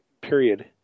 period